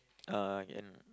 uh ya